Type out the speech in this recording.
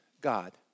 God